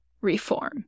reform